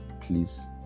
Please